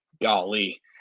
Golly